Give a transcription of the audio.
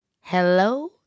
Hello